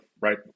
Right